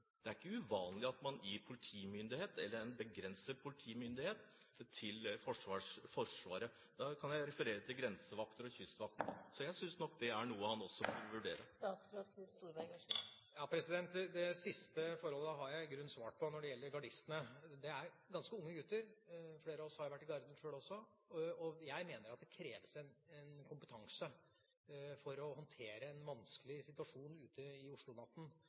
Forsvaret. Da kan jeg referere til grensevakten og Kystvakten. Så jeg synes det er noe han også burde vurdere. Det siste forholdet har jeg i grunnen svart på, det som gjelder gardistene. Det er ganske unge gutter – flere av oss har jo sjøl vært i Garden. Jeg mener at det kreves en kompetanse, som man ikke skal bagatellisere, for å håndtere en vanskelig situasjon ute i